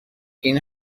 این